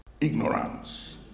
ignorance